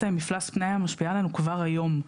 מפלס פני הים משפיעה עלינו כבר היום.